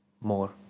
more